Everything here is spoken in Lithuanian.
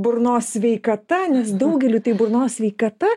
burnos sveikata nes daugeliui tai burnos sveikata